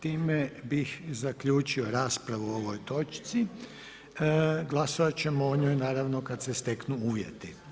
Time bih zaključio raspravu o ovoj točci, glasovati ćemo o njoj, naravno kada se steknu uvjeti.